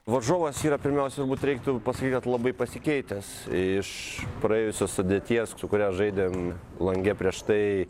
varžovas yra pirmiausia turbūt reiktų pasakyt kad labai pasikeitęs iš praėjusios sudėties su kuria žaidėm lange prieš tai